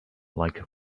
like